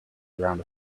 around